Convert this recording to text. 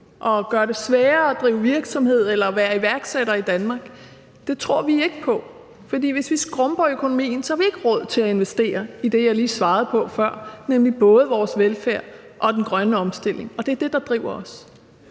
og gør det sværere at drive virksomhed eller være iværksætter i Danmark, tror vi ikke på. For hvis vi skrumper økonomien, har vi ikke råd til at investere i det, jeg lige svarede på før, nemlig både vores velfærd og den grønne omstilling. Og det er det, der driver os.